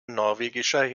norwegischer